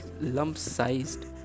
lump-sized